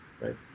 right